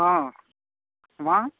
అమా